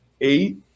eight